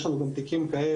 יש לנו גם תיקים כאלה,